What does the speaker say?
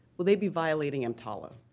will they be violating mtala?